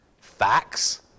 facts